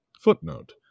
Footnote